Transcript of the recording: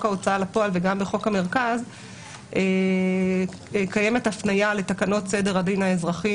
ההוצאה לפועל וגם בחוק המרכז קיימת הפניה לתקנות סדר הדין האזרחי